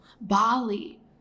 Bali